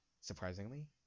surprisingly